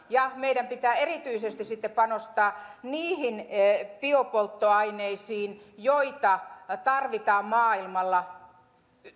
ja meidän pitää erityisesti sitten panostaa niihin biopolttoaineisiin joita tarvitaan maailmalla